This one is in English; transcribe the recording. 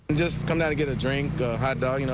just come down to get a drink hot dog, you know